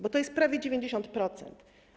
Bo to jest prawie 90%.